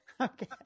Okay